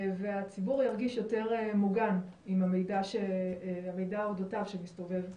והציבור ירגיש יותר מוגן עם המידע אודותיו שמסתובב.